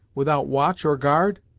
without watch or guard.